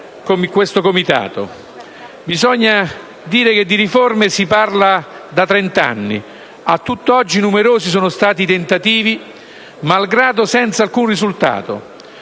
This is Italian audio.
Bisogna dire che di riforme si parla da trent'anni. A tutt'oggi, numerosi sono stati i tentativi, peraltro senza alcun risultato,